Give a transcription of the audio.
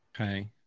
Okay